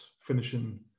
finishing